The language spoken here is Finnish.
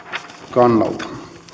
kannalta